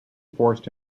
forced